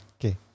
Okay